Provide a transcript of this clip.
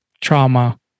trauma